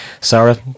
Sarah